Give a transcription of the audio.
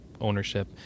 ownership